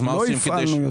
לא הפעלנו יותר.